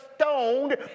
stoned